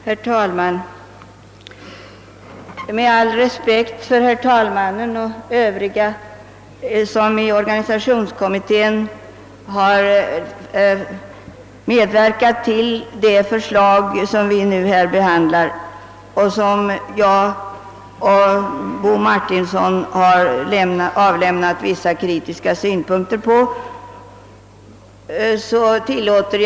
Herr talman! Med all respekt för herr talmannen och övriga personer som i organisationsutredningen varit med om att utarbeta det förslag som riksdagen här har att behandla har herr Martinsson och jag i en motion framfört vissa kritiska synpunkter på detta förslag.